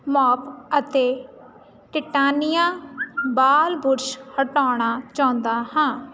mop ਅਤੇ titania ਵਾਲ brush ਹਟਾਉਣਾ ਚਾਹੁੰਦਾ ਹਾਂ